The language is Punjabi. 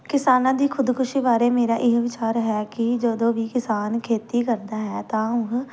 ਕਿਸਾਨਾਂ ਦੀ ਖੁਦਕੁਸ਼ੀ ਬਾਰੇ ਮੇਰਾ ਇਹ ਵਿਚਾਰ ਹੈ ਕਿ ਜਦੋਂ ਵੀ ਕਿਸਾਨ ਖੇਤੀ ਕਰਦਾ ਹੈ ਤਾਂ ਉਹ